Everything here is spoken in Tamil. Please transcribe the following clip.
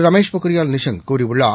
ரமேஷ் பொக்ரியால் நிஷாங்க் கூறியுள்ளார்